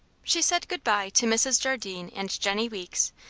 she said good-bye to mrs. jardine and jennie weeks,